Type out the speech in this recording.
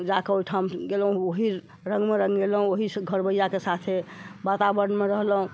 जा कऽ ओहिठाम गेलहुॅं ओहि रंग मे रंगलहुॅं ओहि सॅं घरवैया के साथे वातावरण मे रहलहुॅं